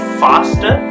faster